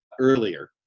earlier